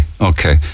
okay